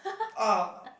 ah